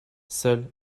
seul